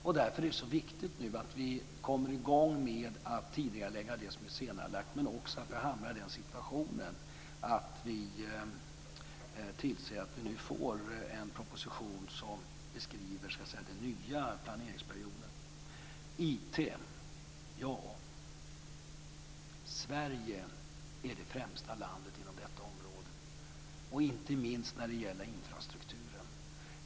Därför är det så viktigt att vi nu kommer i gång med att tidigarelägga det som är senarelagt, men också att vi tillser att vi får fram en proposition som beskriver den nya planeringsperioden. Sverige är det främsta landet inom IT-området, inte minst när det gäller infrastrukturen.